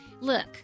look